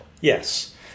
Yes